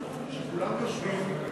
כולם יושבים,